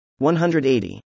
180